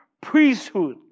priesthood